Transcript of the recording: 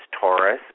Taurus